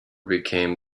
became